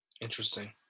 Interesting